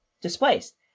displaced